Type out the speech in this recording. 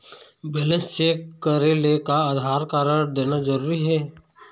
Balance check करेले का Aadhaar card देना जरूरी हे?